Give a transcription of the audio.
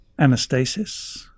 Anastasis